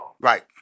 Right